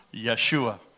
Yeshua